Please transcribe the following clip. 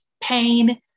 pain